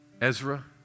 Ezra